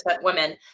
women